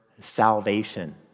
salvation